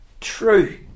true